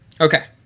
okay